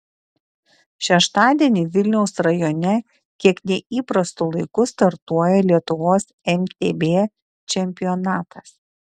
šeštadienį vilniaus rajone kiek neįprastu laiku startuoja lietuvos mtb čempionatas